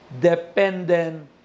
dependent